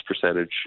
percentage